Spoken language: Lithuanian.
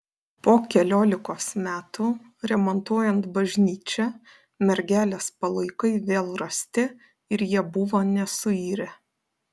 po keliolikos metų remontuojant bažnyčią mergelės palaikai vėl rasti ir jie buvo nesuirę